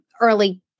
early